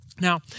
Now